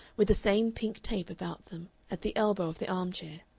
with the same pink tape about them, at the elbow of the arm-chair,